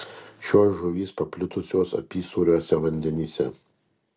šios žuvys paplitusios apysūriuose vandenyse